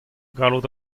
gallout